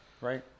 right